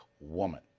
woman